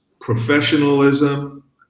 professionalism